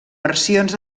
versions